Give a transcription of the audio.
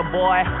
boy